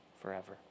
forever